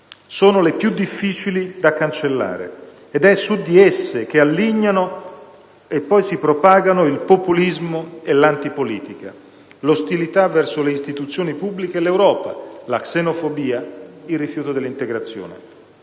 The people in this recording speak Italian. sono le più difficili da cancellare, ed è su di esse che allignano e poi si propagano il populismo e l'antipolitica, l'ostilità verso le istituzioni pubbliche e verso l'Europa, la xenofobia, il rifiuto dell'integrazione.